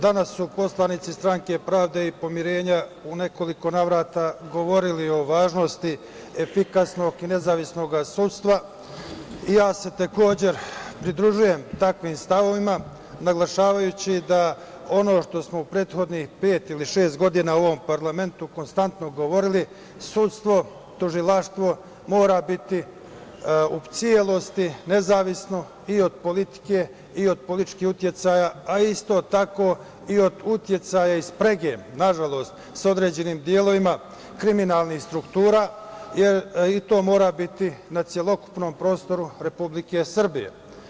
Danas su poslanici Stranke pravde i pomirenja u nekoliko navrata govorili o važnosti, efikasnog i nezavisnog sudstva i ja se takođe pridružujem takvim stavovima, naglašavajući da ono što smo u prethodnih pet ili šest godina u ovom parlamentu konstantno govorili – sudstvo i tužilaštvo moraju biti u celosti nezavisno i od politike i od političkih uticaja, a isto tako i od uticaja i sprege, nažalost, sa određenim delovima kriminalnih struktura, jer i to mora biti na celokupnom prostoru Republike Srbije.